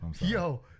yo